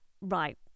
right